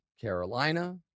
Carolina